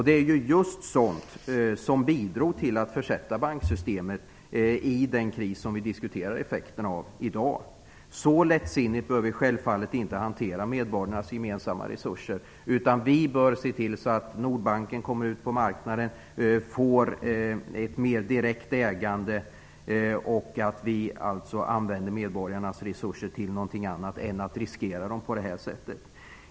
Det var ju just sådant som bidrog till att försätta banksystemet i den kris som vi i dag diskuterar effekterna av. Så lättsinnigt bör vi självfallet inte hantera medborgarnas gemensamma resurser, utan vi bör se till att Nordbanken kommer ut på marknaden och får ett mer direkt ägande så att medborgarnas resurser används till någonting annat än att riskera dem på det här sättet.